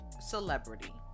celebrity